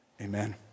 Amen